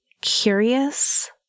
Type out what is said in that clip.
curious